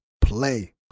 play